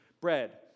bread